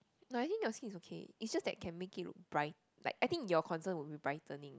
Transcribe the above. no I think your skin is okay it's just that can make it bright like I think your concern would be brightening